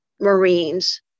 Marines